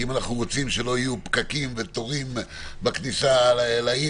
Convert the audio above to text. כי אם אנו רוצים שלא יהיו פקקים ותורים בכניסה לעיר